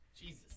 Jesus